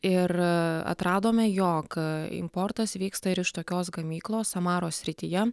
ir atradome jog importas vyksta ir iš tokios gamyklos samaros srityje